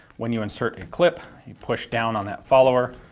when you insert a clip you push down on that follower,